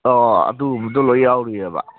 ꯑꯣ ꯑꯗꯨꯒꯨꯝꯕꯗꯣ ꯂꯣꯏ ꯌꯥꯎꯔꯤꯌꯦꯕ